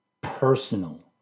personal